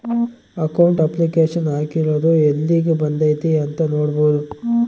account application ಹಾಕಿರೊದು ಯೆಲ್ಲಿಗ್ ಬಂದೈತೀ ಅಂತ ನೋಡ್ಬೊದು